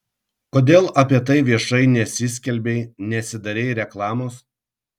kodėl apie tai viešai nesiskelbei nesidarei reklamos